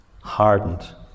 hardened